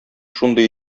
шундый